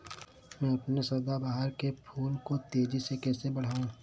मैं अपने सदाबहार के फूल को तेजी से कैसे बढाऊं?